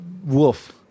Wolf